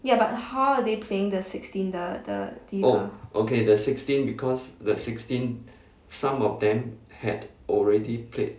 ya but how are they playing the sixteen the the the ah